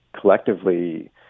collectively